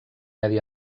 medi